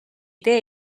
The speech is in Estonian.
tee